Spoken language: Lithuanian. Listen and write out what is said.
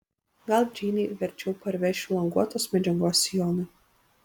gal džeinei verčiau parvešiu languotos medžiagos sijonui